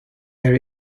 their